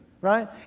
right